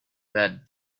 that